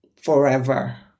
forever